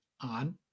on